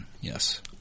yes